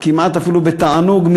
כמעט אפילו בתענוג,